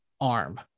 arm